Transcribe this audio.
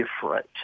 different